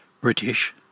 British